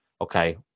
okay